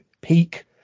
peak